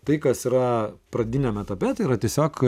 tai kas yra pradiniam etape tai yra tiesiog